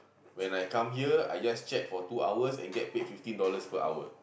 when I come here I just chat for two hours and get paid fifteen dollars per hour